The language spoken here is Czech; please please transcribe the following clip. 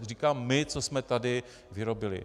Říkám my, co jsme tady vyrobili.